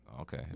Okay